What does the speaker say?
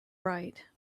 right